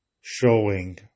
showing